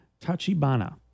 Tachibana